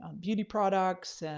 um beauty products,